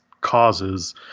causes